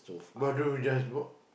bathroom just brought